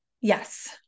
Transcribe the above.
Yes